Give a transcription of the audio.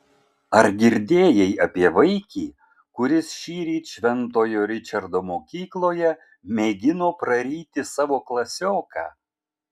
ar girdėjai apie vaikį kuris šįryt šventojo ričardo mokykloje mėgino praryti savo klasioką